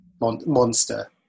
monster